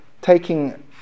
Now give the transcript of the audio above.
taking